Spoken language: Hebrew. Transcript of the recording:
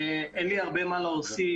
אין לי הרבה מה להוסיף.